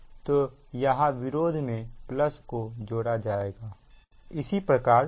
तो यहां विरोध में प्लस को जोड़ा जाएगा